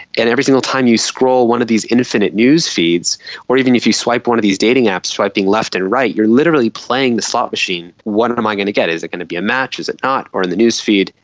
and every single time you scroll one of these infinite newsfeeds or even if you swipe one of these dating apps, swiping left and right, you are literally playing the slot machine what am i going to get, is it going to be a match, is it not? or in the newsfeed,